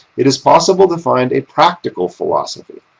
it is possible to find a practical philosophy,